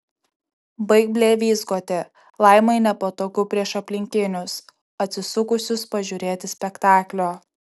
baik blevyzgoti laimai nepatogu prieš aplinkinius atsisukusius pažiūrėti spektaklio